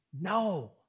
No